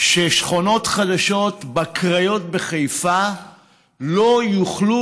ששכונות חדשות בקריות בחיפה לא יוכלו